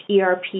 ERP